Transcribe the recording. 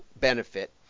benefit